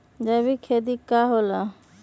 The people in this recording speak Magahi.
जैविक खेती का होखे ला?